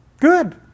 good